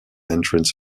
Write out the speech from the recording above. entrance